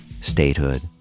statehood